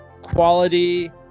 quality